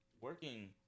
working